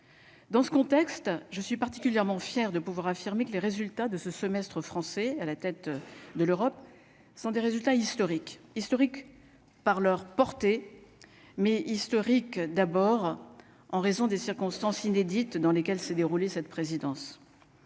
dans ce contexte, je suis particulièrement fier de pouvoir affirmer que les résultats de ce semestre français à la tête de l'Europe sont des résultats historiques historique par leur portée mais historique, d'abord en raison des circonstances inédites dans lesquelles s'est déroulée cette présidence